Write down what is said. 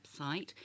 website